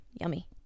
yummy